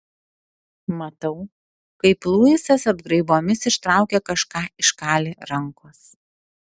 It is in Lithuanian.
matau kaip luisas apgraibomis ištraukia kažką iš kali rankos